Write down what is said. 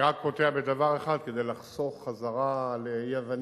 אני רק קוטע בדבר אחד כדי לחסוך חזרה לאי-הבנה.